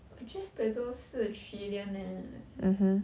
but jeff bezos 是 trillionaire leh